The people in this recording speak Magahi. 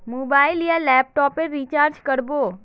मोबाईल या लैपटॉप पेर रिचार्ज कर बो?